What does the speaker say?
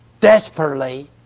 desperately